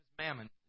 mammon